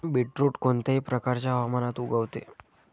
beetroot कोणत्याही प्रकारच्या हवामानात उगवते